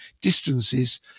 distances